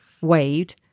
waved